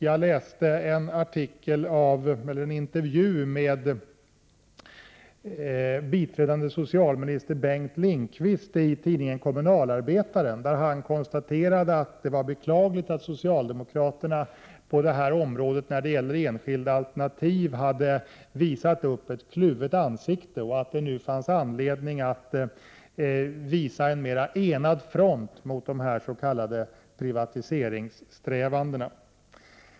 Jag läste en intervju med biträdande socialminister Bengt Lindqvist i tidningen Kommunalarbetaren. Där konstaterade han att det var beklagligt att socialdemokraterna i fråga om enskilda alternativ hade visat upp ett kluvet ansikte och menade att det nu fanns anledning till en mer enad front mot de s.k. privatiseringssträvandena.